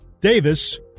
Davis